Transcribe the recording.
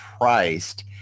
priced